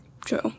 True